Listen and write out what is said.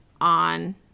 on